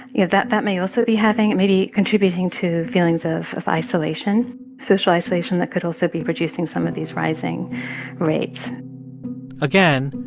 yeah that that may also be having and may be contributing to feelings of of isolation social isolation that could also be producing some of these rising rates again,